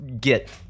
get